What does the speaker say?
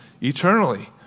eternally